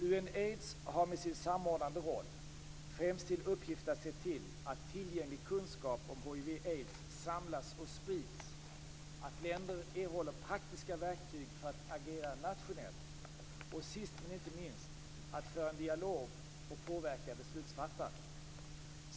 Unaids har med sin samordnande roll främst till uppgift att se till att tillgänglig kunskap om hiv/aids samlas och sprids, att länder erhåller praktiska verktyg för att agera nationellt och sist men inte minst att föra en dialog och påverka beslutsfattare.